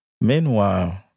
Meanwhile